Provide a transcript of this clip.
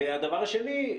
הדבר השני,